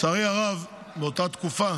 לצערי הרב, באותה תקופה